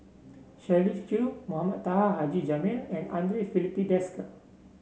Shirley Chew Mohamed Taha Haji Jamil and Andre Filipe Desker